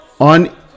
on